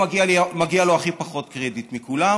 מגיע לו הכי פחות קרדיט מכולם